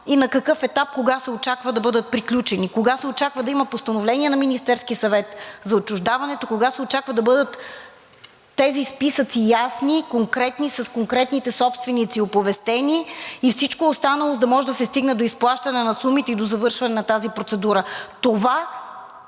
и на какъв етап, кога се очаква да бъдат приключени? Кога се очаква да има постановление на Министерския съвет за отчуждаването. Кога се очаква да бъдат тези списъци ясни, конкретни, с конкретните собственици оповестени и всичко останало, за да може да се стигне до изплащане на сумите и до завършване на тази процедура. Това